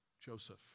Joseph